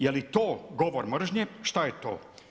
Je li to govor mržnje, šta je to?